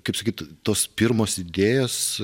kaip sakyt tos pirmos idėjos